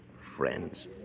friends